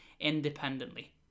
independently